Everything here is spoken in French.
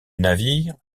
navire